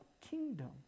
kingdom